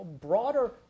broader